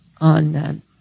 on